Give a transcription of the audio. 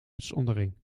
uitzondering